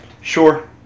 Sure